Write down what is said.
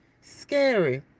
scary